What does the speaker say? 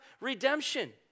redemption